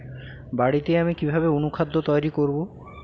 বাড়িতে আমি কিভাবে অনুখাদ্য তৈরি করব?